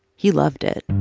he loved it.